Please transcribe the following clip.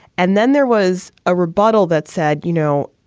and then there was a rebuttal that said, you know,